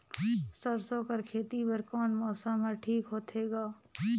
सरसो कर खेती बर कोन मौसम हर ठीक होथे ग?